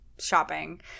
shopping